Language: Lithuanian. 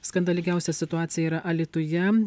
skandalingiausia situacija yra alytuje